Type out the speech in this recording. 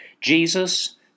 Jesus